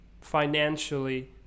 financially